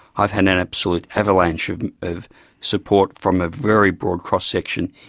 i've had an absolute avalanche of of support from a very broad cross-section,